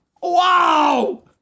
Wow